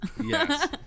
Yes